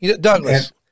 Douglas